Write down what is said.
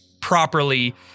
properly –